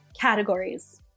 Categories